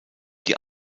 die